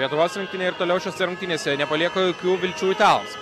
lietuvos rinktinė ir toliau šiose rungtynėse nepalieka jokių vilčių italams